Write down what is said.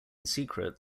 secret